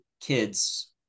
kids